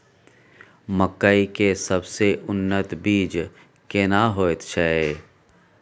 मकई के सबसे उन्नत बीज केना होयत छै?